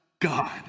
God